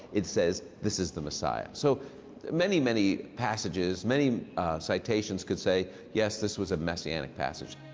it says, this is the messiah. so many, many passages, many citations could say, yes, this was a messianic passage.